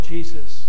Jesus